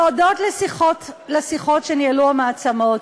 והודות לשיחות שניהלו המעצמות,